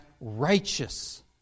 righteous